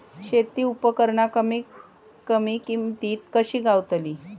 शेती उपकरणा कमी किमतीत कशी गावतली?